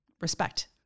respect